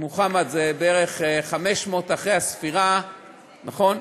אם מוחמד זה בערך 500 אחרי הספירה, נכון?